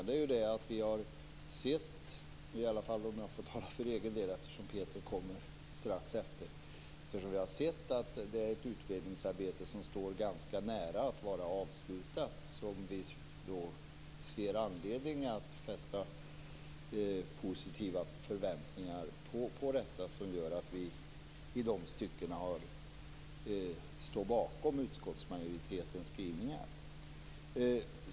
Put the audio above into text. Det är snarare eftersom vi har sett - jag talar nu för egen del; Peter kommer ju strax efter - att utredningsarbetet står ganska nära att bli avslutat och vi ser anledning att fästa positiva förväntningar på detta som vi i de styckena står bakom utskottsmajoritetens skrivningar.